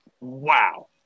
Wow